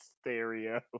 stereo